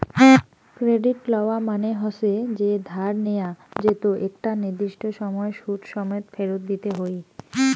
credit লওয়া মানে হসে যে ধার নেয়া যেতো একটা নির্দিষ্ট সময় সুদ সমেত ফেরত দিতে হই